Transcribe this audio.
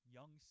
Young